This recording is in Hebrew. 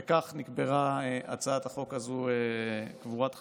וכך נקברה הצעת החוק הזאת קבורת חמור.